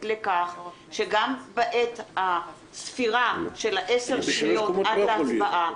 לכך שגם בעת הספירה של 10 שניות עד להצבעה,